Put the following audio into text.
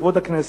לכבוד הכנסת.